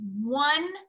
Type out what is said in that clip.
one